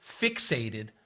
fixated